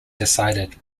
decided